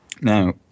Now